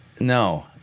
No